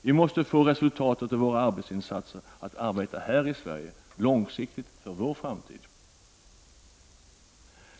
Vi måste få resultatet av våra arbetsinsatser att långsiktigt arbeta här i Sverige för vår framtid.